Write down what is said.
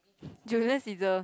do you realize it's the